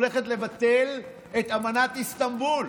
הולכת לבטל את אמנת איסטנבול.